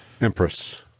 Empress